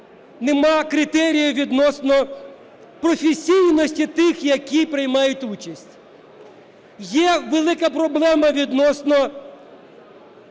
нема критерію відносно професійності тих, які приймають участь. Є велика проблема відносно